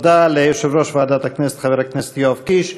תודה ליושב-ראש ועדת הכנסת חבר הכנסת יואב קיש.